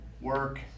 Work